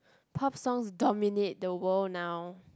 pop songs dominates the world now